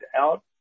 out